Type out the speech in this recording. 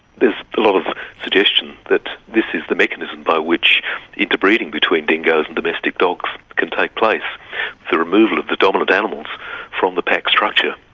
there's a lot of suggestion that this is the mechanism by which interbreeding between dingoes and domestic dogs can take place the removal of the dominant animals from the pack structure.